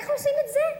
איך עושים את זה?